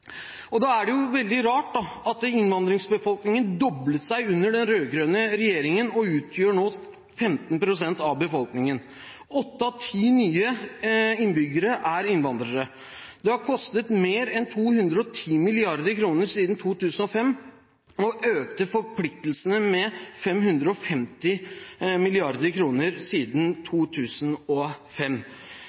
og ikke en byrde. Da er det veldig rart at innvandringsbefolkningen doblet seg under den rød-grønne regjeringen og nå utgjør 15 pst. av befolkningen. Åtte av ti nye innbyggere er innvandrere. Det har kostet mer enn 210 mrd. kr siden 2005, og forpliktelsene har økt med 550 mrd. kr siden 2005.